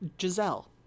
Giselle